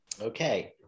Okay